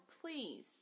please